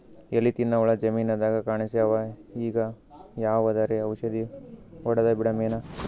ಎಲಿ ತಿನ್ನ ಹುಳ ಜಮೀನದಾಗ ಕಾಣಸ್ಯಾವ, ಈಗ ಯಾವದರೆ ಔಷಧಿ ಹೋಡದಬಿಡಮೇನ?